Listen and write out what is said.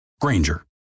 Granger